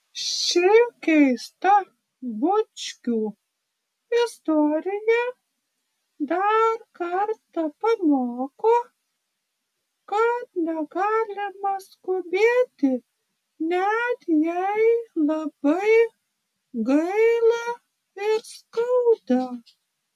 ši keista bučkių istorija dar kartą pamoko kad negalima skubėti net jei labai gaila ir skauda